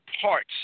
parts